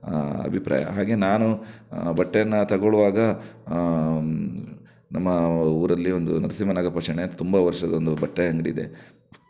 ಅಭಿಪ್ರಾಯ ಹಾಗೆ ನಾನು ಬಟ್ಟೆಯನ್ನು ತಗೊಳ್ಳುವಾಗ ನಮ್ಮ ಊರಲ್ಲಿ ಒಂದು ನರಸಿಂಹ ನಾಗಪ್ಪ ಶೆಣೈ ಅಂತ ತುಂಬ ವರ್ಷದ ಒಂದು ಬಟ್ಟೆ ಅಂಗಡಿ ಇದೆ